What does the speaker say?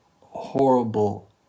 horrible